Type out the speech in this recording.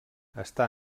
està